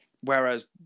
Whereas